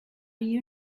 you